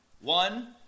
One